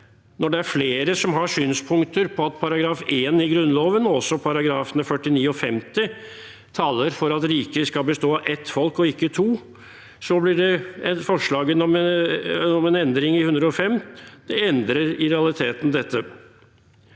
når det er flere som har synspunkter på at § 1 i Grunnloven, og også §§ 49 og 50, taler for at riket skal bestå av ett folk og ikke to, at det er slik at forslaget om en endring i § 108 i realiteten endrer